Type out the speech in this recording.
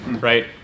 Right